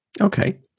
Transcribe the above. okay